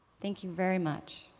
thank you very much.